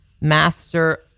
master